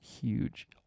huge